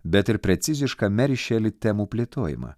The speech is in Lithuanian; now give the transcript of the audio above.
bet ir precizišką meri šeli temų plėtojimą